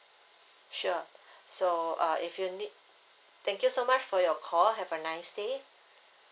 sure so uh if you need thank you so much for your call have a nice day